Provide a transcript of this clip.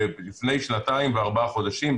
ולפני שנתיים וארבעה חודשים,